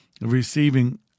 Receiving